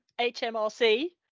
HMRC